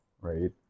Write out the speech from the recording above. right